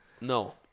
No